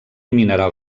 mineral